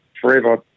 forever